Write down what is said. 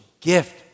gift